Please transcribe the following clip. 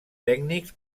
tècnics